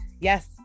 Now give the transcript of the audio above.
Yes